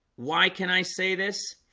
why can i say this?